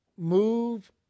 move